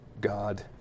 God